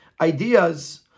ideas